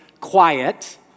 quiet